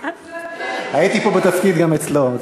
הייתי פה בתפקיד גם אצלו.